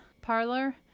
parlor